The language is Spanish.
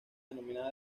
denominada